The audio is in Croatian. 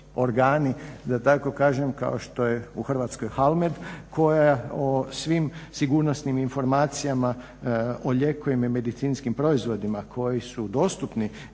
da tako kažem kao što je u Hrvatskoj …/Govornik se ne razumije./… koja o svim sigurnosnim informacijama o lijekovima i medicinskim proizvodima koji su dostupni